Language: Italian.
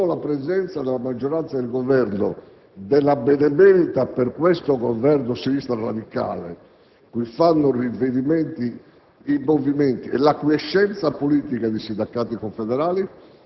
Forse siamo transitati verso il Governo del *Premier* e non più verso il Governo collegiale, come previsto dalla Costituzione. E dimostra anche la mancanza di una vera e seria linea di politica economica e sociale,